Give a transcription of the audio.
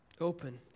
open